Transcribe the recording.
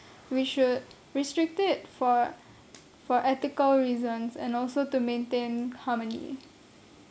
we should restrict it for for ethical reasons and also to maintain harmony